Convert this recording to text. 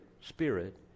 Spirit